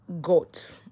goat